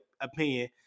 opinion